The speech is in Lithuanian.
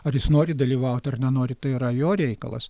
ar jis nori dalyvauti ar nenori tai yra jo reikalas